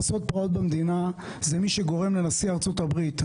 לעשות פרעות במדינה זה מי שגורם לנשיא ארצות הברית,